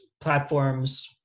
platforms